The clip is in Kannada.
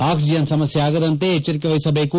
ಆಕ್ಲಿಜನ್ ಸಮಸ್ಕೆ ಆಗದಂತೆ ಎಚ್ಚರಿಕೆ ಮಹಸಬೇಕು